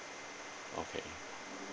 okay